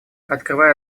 открывая